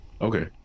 Okay